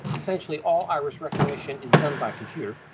essentially all iris recognition is done by computer.